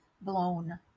blown